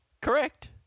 Correct